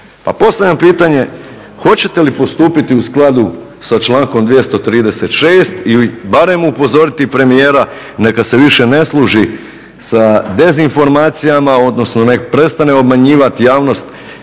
Pa postavljam pitanje hoćete li postupiti u skladu sa člankom 236. ili barem upozoriti premijera neka se više ne služi sa dezinformacijama, odnosno nek prestane obmanjivati javnost,